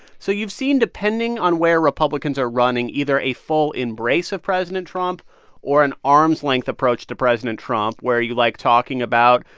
so you've seen, depending on where republicans are running, either a full embrace of president trump or an arm's-length approach to president trump, where you like talking about,